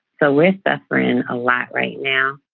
so we're suffering a lot right now,